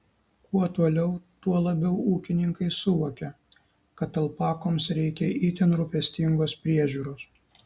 kuo toliau tuo labiau ūkininkai suvokia kad alpakoms reikia itin rūpestingos priežiūros